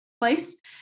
place